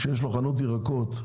שיש לו חנות ירקות,